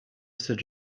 cette